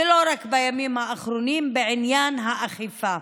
ולא רק בימים האחרונים, בעניין האכיפה.